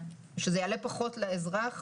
שזה יעלה פחות לאזרח,